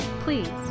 Please